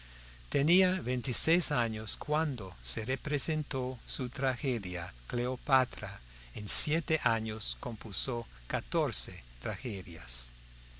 tenía veintiséis años cuando se representó su tragedia cleopatra en siete años compuso catorce tragedias